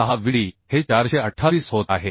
6Vd हे 428 होत आहे